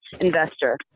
investor